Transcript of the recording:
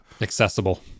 accessible